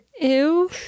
Ew